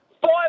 five